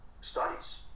studies